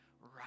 right